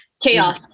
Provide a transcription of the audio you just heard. Chaos